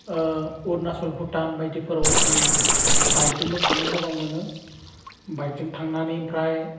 अरुनाचल भुटान बायदिफोराव आं बाइक जोंनो थांनो मोजां मोनो बाइकजोंनो थांनानै ओमफ्राय